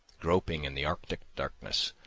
groping in the arctic darkness,